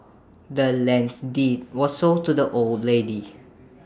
the land's deed was sold to the old lady